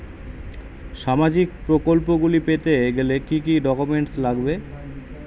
সামাজিক প্রকল্পগুলি পেতে গেলে কি কি ডকুমেন্টস লাগবে?